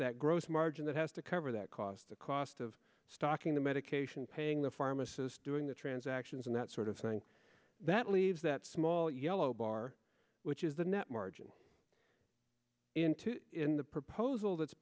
that gross margin that has to cover that cost the cost of stocking the medication paying the pharmacist doing the transactions and that sort of thing that leaves that small yellow bar which is the net margin into in the proposal that's